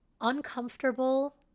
uncomfortable